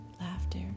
laughter